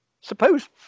Suppose